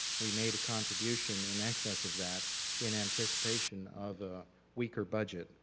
we made a contribution in excess of that in anticipation of the weaker budget.